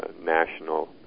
national